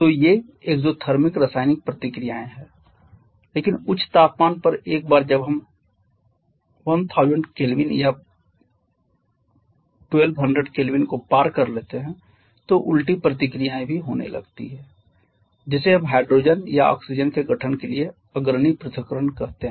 तो ये एक्ज़ोथिर्मिक रासायनिक प्रतिक्रियाएं हैं लेकिन उच्च तापमान पर एक बार जब हम 1000 K या 1200 K को पार कर लेते हैं तो उल्टी प्रतिक्रियाएं भी होने लगती हैं जिसे हम हाइड्रोजन और ऑक्सीजन के गठन के लिए अग्रणी पृथक्करण कहते हैं